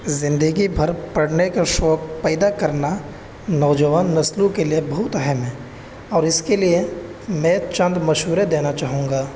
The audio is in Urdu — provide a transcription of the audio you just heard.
زندگی بھر پڑھنے کا شوق پیدا کرنا نوجوان نسلوں کے لیے بہت اہم ہے اور اس کے لیے میں چند مشورے دینا چاہوں گا